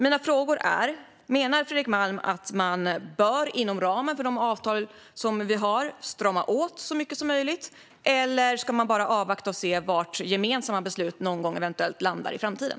Mina frågor är: Menar Fredrik Malm att vi inom de avtal som vi har bör strama åt så mycket som möjligt, eller ska vi bara avvakta och se var gemensamma beslut någon gång eventuellt landar i framtiden?